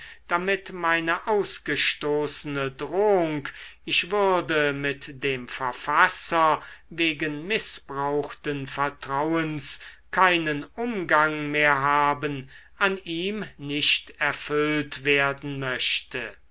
damit meine ausgestoßene drohung ich würde mit dem verfasser wegen mißbrauchten vertrauens keinen umgang mehr haben an ihm nicht erfüllt werden möchte